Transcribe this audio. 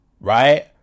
right